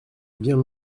bien